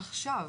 עכשיו.